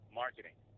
marketing